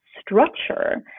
structure